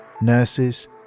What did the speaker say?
nurses